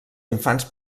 infants